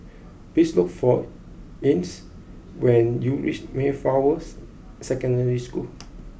please look for Ines when you reach Mayflowers Secondary School